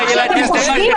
קובעים.